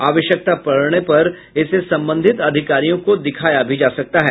आवश्यकता पड़ने पर इसे संबंधित अधिकारियों को दिखाया भी जा सकता है